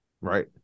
right